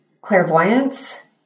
clairvoyance